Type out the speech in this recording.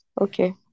Okay